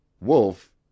wolf